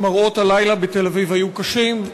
שמראות הלילה בתל-אביב היו קשים,